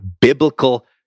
biblical